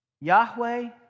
Yahweh